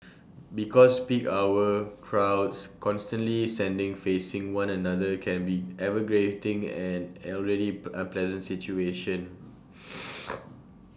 because peak hour crowds constantly standing facing one another can be an already unpleasant situation